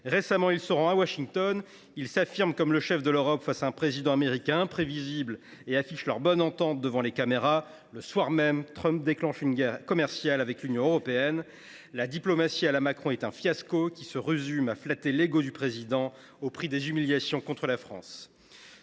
récemment, il se déplace à Washington où il s’affirme comme le chef de l’Europe face à un président américain imprévisible, tout en affichant sa bonne entente avec celui ci devant les caméras. Le soir même, Trump déclenche une guerre commerciale avec l’Union européenne. La diplomatie à la Macron est un fiasco qui se résume à flatter l’ego du Président de la République au prix d’humiliations à l’encontre de la France.